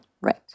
right